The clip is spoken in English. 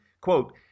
quote